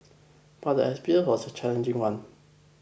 but the experience was a challenging one